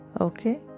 okay